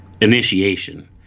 Initiation